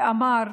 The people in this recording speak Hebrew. ואמר: